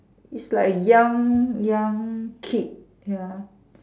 it's like a young young kid ya